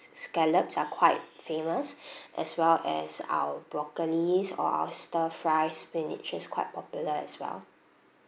scallops are quite famous as well as our broccolis or our stir fry spinach is quite popular as well